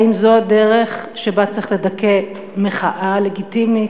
האם זו הדרך שבה צריך לדכא מחאה לגיטימית,